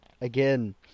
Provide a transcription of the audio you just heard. Again